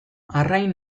arrain